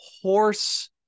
horse